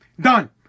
Done